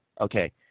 Okay